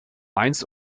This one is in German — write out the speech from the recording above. mainz